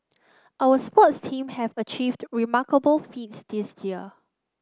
our sports teams have achieved remarkable feats this year